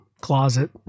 closet